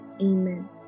Amen